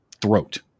throat